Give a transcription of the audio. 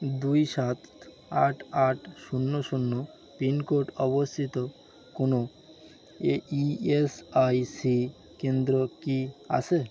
দুই সাত আট আট শূন্য শূন্য পিন কোড অবস্থিত কোনো A E S I C কেন্দ্র কি আছে